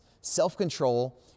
self-control